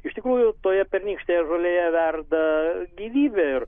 iš tikrųjų toje pernykštėje žolėje verda gyvybė ir